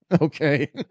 okay